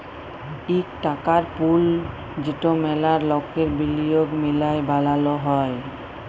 ইক টাকার পুল যেট ম্যালা লকের বিলিয়গ মিলায় বালাল হ্যয়